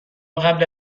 قبل